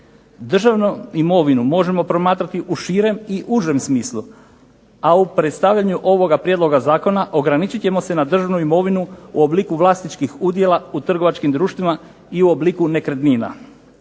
Državnu imovinu možemo promatrati u širem i užem smislu, a u predstavljanju ovog prijedloga zakona ograničit ćemo se na državnu imovinu u obliku vlasničkih udjela u trgovačkim društvima i u obliku nekretnina.